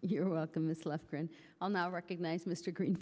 you're welcome it's less green on that i recognize mr green